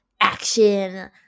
action